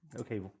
okay